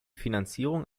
finanzierung